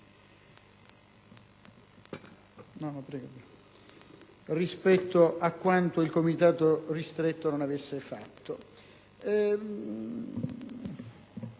rispetto a quanto il Comitato ristretto non avesse fatto.